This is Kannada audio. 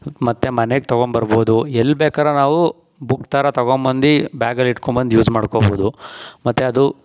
ಮತ್ತು ಮನೆಗೆ ತಗೊಂಡ್ಬರ್ಬೌದು ಎಲ್ಲಿ ಬೇಕಾರು ನಾವು ಬುಕ್ ಥರ ತಗೊಂಬಂದು ಬ್ಯಾಗಲ್ಲಿ ಇಟ್ಕೋ ಬಂದು ಯೂಸ್ ಮಾಡ್ಕೋಬೌದು ಮತ್ತು ಅದು